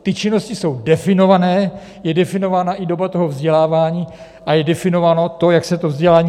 Ty činnosti jsou definované, je definována i doba toho vzdělávání a je definováno to, jak se to vzdělání získalo.